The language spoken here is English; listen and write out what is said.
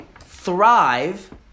thrive